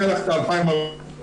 יהיה לך את ה-2,400 שקל.